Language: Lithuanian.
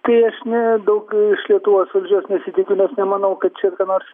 tai aš ne daug iš lietuvos valdžios nesitikiu nes nemanau kad čia ką nors